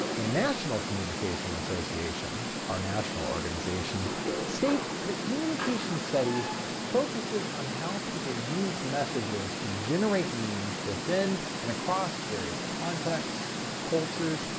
the national communication association our national organization states that communication studies focuses on how people use messages to generate meanings within and across various contexts, cultures,